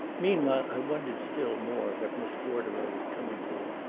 meanwhile i wondered still more what miss bordereau was coming to.